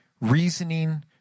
reasoning